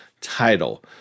title